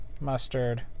mustard